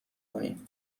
کنی